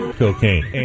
cocaine